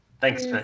Thanks